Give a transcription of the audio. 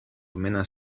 menos